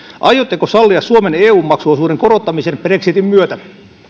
aiotteko sallia suomen eun maksuosuuden korottamisen brexitin myötä